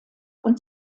und